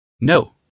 No